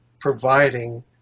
Providing